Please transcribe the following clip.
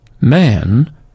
Man